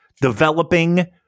developing